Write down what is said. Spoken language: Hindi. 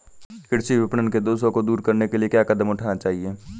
कृषि विपणन के दोषों को दूर करने के लिए क्या कदम उठाने चाहिए?